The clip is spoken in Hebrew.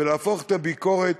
ולהפוך את הביקורת